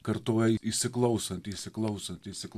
kartoja įsiklausant įsiklausant įsikla